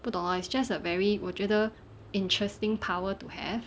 不懂 lor it's just a very 我觉得 interesting power to have